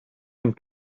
and